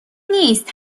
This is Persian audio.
نیست